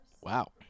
Wow